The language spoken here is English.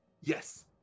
Yes